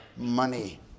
Money